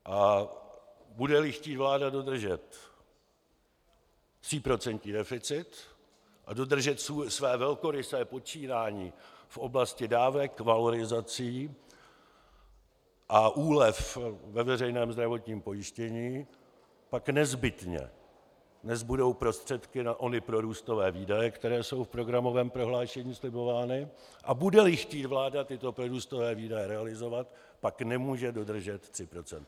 A budeli chtít vláda dodržet tříprocentní deficit a dodržet své velkorysé počínání v oblasti dávek, valorizací a úlev ve veřejném zdravotním pojištění, pak nezbytně nezbudou prostředky na ony prorůstové výdaje, které jsou v programovém prohlášení slibovány, a budeli chtít vláda tyto prorůstové výdaje realizovat, pak nemůže dodržet 3 %.